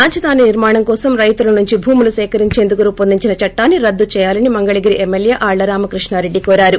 రాజధాని నిర్మాణం కోసం రైతుల నుంచి భూములు సేకరించేందుకు రైపొందించిన చట్టాన్ని రద్దు చేయాలని మంగళగిరి ఎమ్మెల్వే ఆళ్ల రామకృష్ణారెడ్డి కోరారు